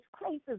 places